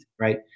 right